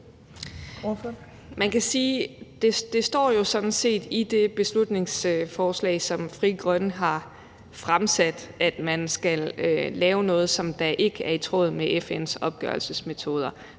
Man kan sige, at det jo står i det beslutningsforslag, som Frie Grønne har fremsat, at man skal lave noget, som ikke er i tråd med FN's opgørelsesmetoder;